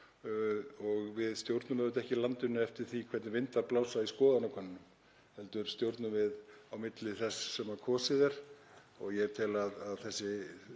og við stjórnum auðvitað ekki landinu eftir því hvernig vindar blása í skoðanakönnunum heldur stjórnum við á milli þess sem kosið er. Ég tel að þessi